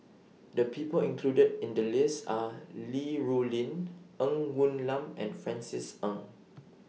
The People included in The list Are Li Rulin Ng Woon Lam and Francis Ng